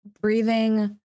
Breathing